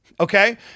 Okay